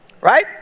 Right